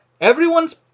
everyone's